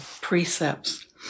precepts